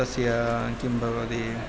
तस्य किं भवति